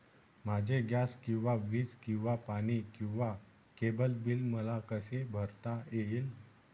माझे गॅस किंवा वीज किंवा पाणी किंवा केबल बिल मला कसे भरता येईल?